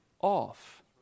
off